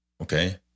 Okay